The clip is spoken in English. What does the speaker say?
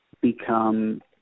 become